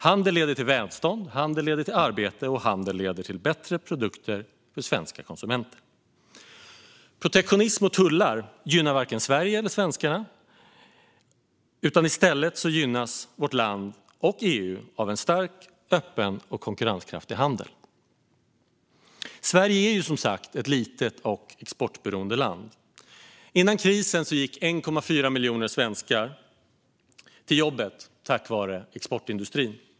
Handel leder till välstånd, handel leder till arbete och handel leder till bättre produkter för svenska konsumenter. Protektionism och tullar gynnar varken Sverige eller svenskarna, utan i stället gynnas vårt land och EU av en stark, öppen och konkurrenskraftig handel. Sverige är som sagt ett litet och exportberoende land. Före krisen gick 1,4 miljoner svenskar till jobbet tack vare exportindustrin.